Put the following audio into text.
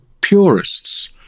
purists